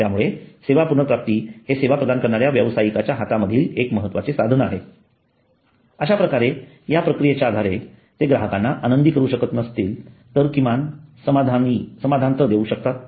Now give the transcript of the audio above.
त्यामुळे सेवा पुनर्प्राप्ती हे सेवा प्रदान करणाऱ्या व्यवसायिकाच्या हातामधील एक महत्त्वाचे साधन आहे अश्याप्रकारे या या प्रक्रियेच्या आधारे ते ग्राहकांना आनंदी करू शकत नसले तरीही किमान समाधान तर देऊ शकतात